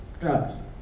drugs